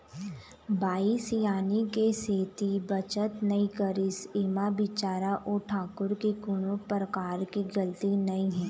बाई सियानी के सेती बचत नइ करिस ऐमा बिचारा ओ ठाकूर के कोनो परकार के गलती नइ हे